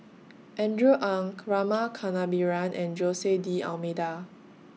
Andrew Ang Rama Kannabiran and Jose D'almeida